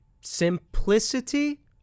simplicity